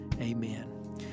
amen